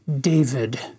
David